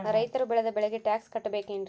ರೈತರು ಬೆಳೆದ ಬೆಳೆಗೆ ಟ್ಯಾಕ್ಸ್ ಕಟ್ಟಬೇಕೆನ್ರಿ?